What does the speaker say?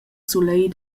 sulegl